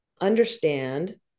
understand